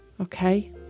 okay